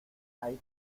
hay